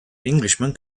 englishman